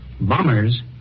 bombers